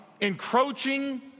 encroaching